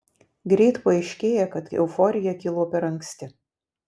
greit paaiškėja kad euforija kilo per anksti